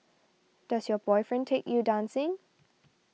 does your boyfriend take you dancing